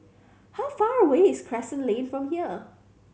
how far away is Crescent Lane from here